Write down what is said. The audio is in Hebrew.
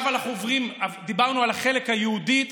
דיברנו על החלק היהודי,